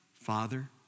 Father